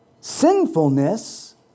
sinfulness